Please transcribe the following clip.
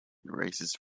races